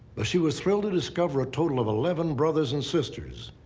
but she was thrilled to discover a total of eleven brothers and sisters.